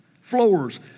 Floors